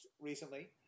recently